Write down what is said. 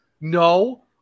No